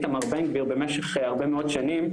איתמר בן גביר במשך המון שנים,